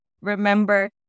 Remember